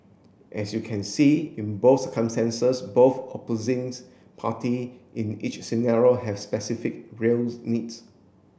as you can see in both circumstances both opposings party in each scenario have specific reals needs